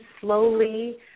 slowly